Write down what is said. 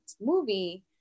movie